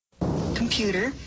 Computer